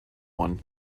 one